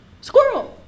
Squirrel